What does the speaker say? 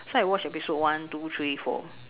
so I watch episode one two three four